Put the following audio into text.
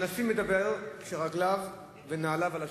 הנשיא מדבר כשרגליו ונעליו על השולחן.